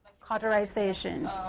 cauterization